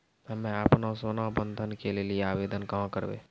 हम्मे आपनौ सोना बंधन के लेली आवेदन कहाँ करवै?